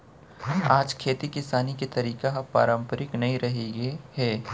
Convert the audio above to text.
आज खेती किसानी के तरीका ह पारंपरिक नइ रहिगे हे